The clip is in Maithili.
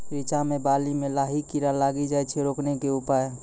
रिचा मे बाली मैं लाही कीड़ा लागी जाए छै रोकने के उपाय?